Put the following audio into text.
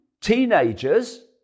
teenagers